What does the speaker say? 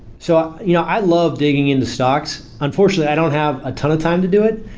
so you know i love digging into stocks. unfortunately, i don't have a ton of time to do it.